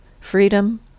freedom